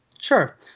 Sure